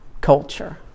culture